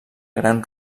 gran